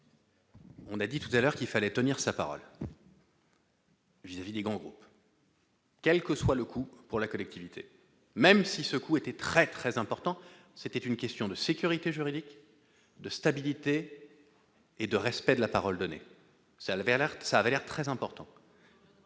On a dit tout à l'heure qu'il fallait tenir sa parole. J'ai des grands groupes. Quel que soit le coût pour la collectivité, même si ce coup était très, très important, c'est peut-être une question de sécurité juridique de stabilité et de respect de la parole donnée, ça avait alerté ça dire très important.